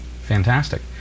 Fantastic